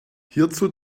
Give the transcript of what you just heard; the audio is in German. hierzu